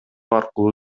аркылуу